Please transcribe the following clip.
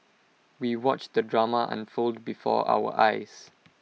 we watched the drama unfold before our eyes